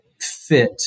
fit